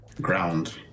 ground